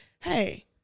Hey